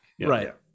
Right